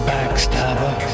Backstabber